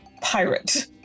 pirate